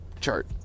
chart